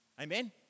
Amen